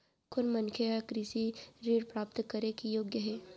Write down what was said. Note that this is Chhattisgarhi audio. कोन मनखे ह कृषि ऋण प्राप्त करे के योग्य हे?